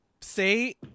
say